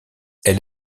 elle